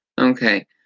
Okay